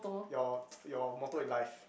your your motto in life